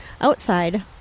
outside